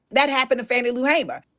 that happened to fannie lou hamer.